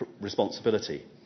responsibility